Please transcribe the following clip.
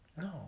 no